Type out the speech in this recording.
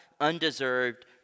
undeserved